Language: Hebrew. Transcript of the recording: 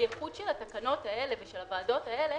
הייחוד של התקנות האלה ושל הוועדות האלה,